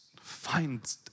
find